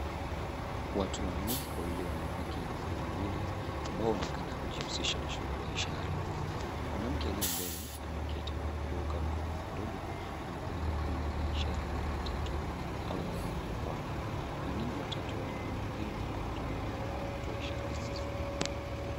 Watu wanne, wawili wanawake na wawili wanaume ambao wanaonekana kujihusisha na shughuli ya ishara. Mwanamke aliye mbele ameketi kwa kugeuka mgongo kidogo na mkono wake unafanya ishara ya namba tatu au herufi W. Wengine watatu walio nyuma pia wanatumia mkono yao kutoa ishara zinazofanana.